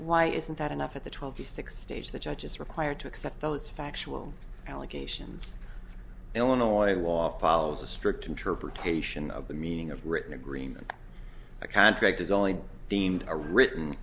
why isn't that enough at the twenty six stage the judge is required to accept those factual allegations illinois law follows a strict interpretation of the meaning of written agreement a contract is only deemed a written